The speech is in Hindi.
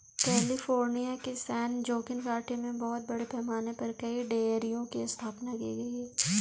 कैलिफोर्निया की सैन जोकिन घाटी में बहुत बड़े पैमाने पर कई डेयरियों की स्थापना की गई है